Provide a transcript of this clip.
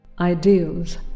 ideals